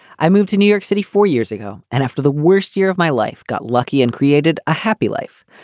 i moved to new york city four years ago, and after the worst year of my life, got lucky and created a happy life.